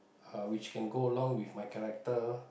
uh which can go along with my character